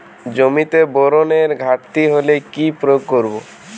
জমিতে বোরনের ঘাটতি হলে কি প্রয়োগ করব?